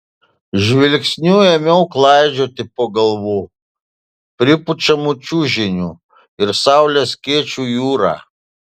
žvilgsniu ėmiau klaidžioti po galvų pripučiamų čiužinių ir saulės skėčių jūrą